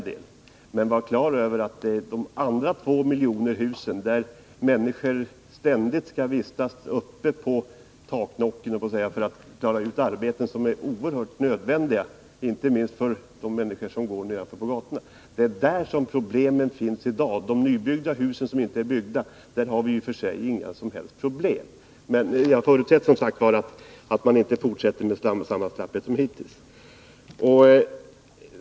Men man skall vara klar över att de problem som vi i dag har gäller de befintliga två miljoner husen, där det ständigt uppstår behov av arbeten, vilka måste klaras av uppe på taken och vilkas utförande är helt nödvändigt, inte minst för dem som vistas nedanför husen, t.ex. på gatorna. De hus som ännu inte är byggda ger oss ju inga som helst problem. Jag förutsätter, som sagt, att man inte kommer att fortsätta på samma slappa sätt som hittills.